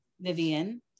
Vivian